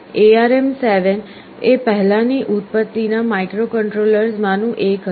ARM7 એ પહેલાની ઉત્પત્તિના માઇક્રોકન્ટ્રોલર્સમાંનું એક હતું